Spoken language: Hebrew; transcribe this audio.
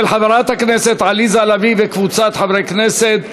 של חברת הכנסת עליזה לביא וקבוצת חברי הכנסת,